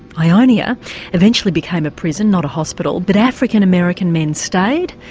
ionia eventually became a prison, not a hospital, but african-american men stayed,